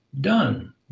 done